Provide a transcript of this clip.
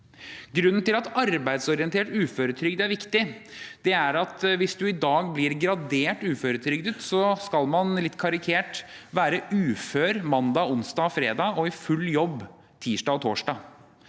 Grunnen til at arbeidsorientert uføretrygd er viktig, er at hvis man i dag blir gradert uføretrygdet, skal man – litt karikert – være ufør mandag, onsdag og fredag og i full jobb tirsdag og torsdag.